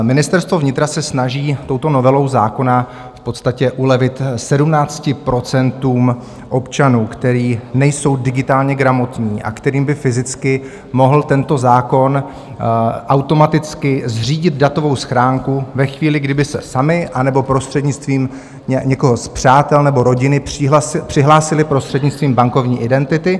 Ministerstvo vnitra se snaží touto novelou zákona v podstatě ulevit 17 % občanů, který nejsou digitálně gramotní a kterým by fyzicky mohl tento zákon automaticky zřídit datovou schránku ve chvíli, kdy by se sami anebo prostřednictvím někoho z přátel nebo rodiny přihlásili prostřednictvím bankovní identity.